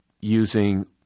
using